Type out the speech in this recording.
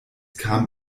kam